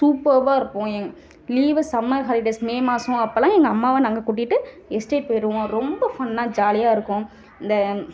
சூப்பவாக இருக்கும் லீவ்வில் summer holidays May மாதம் அப்போலாம் எங்கள் அம்மாவை நாங்கள் கூட்டிகிட்டு எஸ்டேட் போயிடுவோம் ரொம்ப ஃபன்னாக ஜாலியாக இருக்கும் இந்த